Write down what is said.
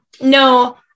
No